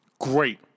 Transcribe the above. great